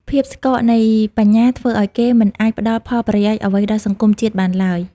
ភាពស្កកនៃបញ្ញាធ្វើឱ្យគេមិនអាចផ្ដល់ផលប្រយោជន៍អ្វីដល់សង្គមជាតិបានឡើយ។